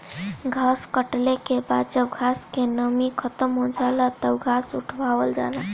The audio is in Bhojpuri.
घास कटले के बाद जब घास क नमी खतम हो जाला तब घास उठावल जाला